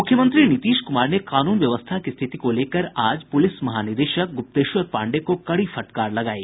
मूख्यमंत्री नीतीश कुमार ने कानून व्यवस्था की स्थिति को लेकर आज पूलिस महानिदेशक गूप्तेश्वर पांडेय को कड़ी फटकार लगायी